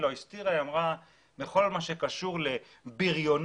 היא לא הסתירה ואמרה שבכל מה שקשור לבריונות